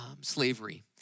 slavery